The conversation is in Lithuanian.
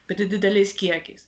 bet dideliais kiekiais